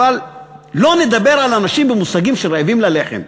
אבל לא נדבר על אנשים במושגים של רעבים ללחם.